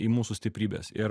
į mūsų stiprybės ir